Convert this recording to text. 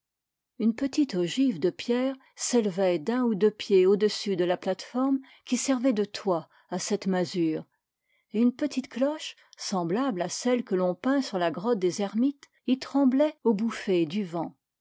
une petite ogive de pierre s'élevait d'un ou deux pieds au-dessus de la plate-forme qui servait de toit à cette masure et une petite cloche semblable à celle que l'on peint sur la grotte des hermites y tremblait aux bouffées du vent